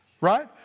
right